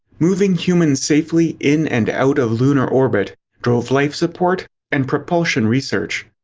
moving humans safely in and out of lunar orbit drove life support and propulsion research.